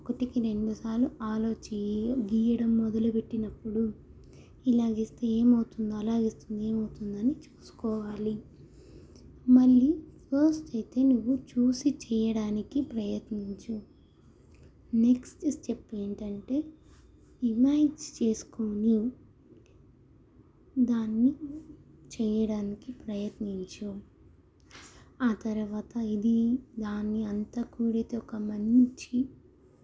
ఒకటికి రెండుసార్లు అలో చేయి గీయడం మొదలుబెట్టినప్పుడు ఇలా గీస్తే ఏమవుతుందో అలా గీస్తే ఏమవుతుందో అని చూసుకోవాలి మళ్ళీ ఫస్ట్ అయితే నువ్వు చూసి చెయ్యడానికి ప్రయత్నించు నెక్స్ట్ స్టెప్ ఏంటంటే ఇమాజిన్ చేసుకొని దాన్ని చేయడానికి ప్రయత్నించు ఆ తరువాత ఇది దాన్ని అంతకూడితో ఒక మంచి